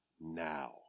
now